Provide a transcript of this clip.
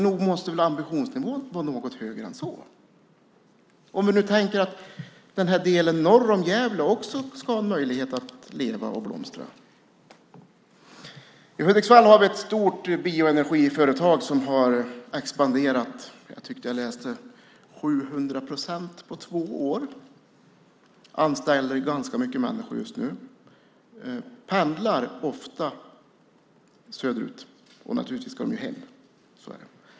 Nog måste väl ambitionsnivån vara något högre än så om nu också delen norr om Gävle ska ha en möjlighet att leva och blomstra. I Hudiksvall har vi ett stort bioenergiföretag som har expanderat med, tror jag att jag läst, 700 procent på två år. Man anställer ganska många just nu - människor som ofta pendlar söderut. Naturligtvis ska de hem; så är det.